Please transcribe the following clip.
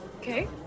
Okay